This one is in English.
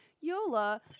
Yola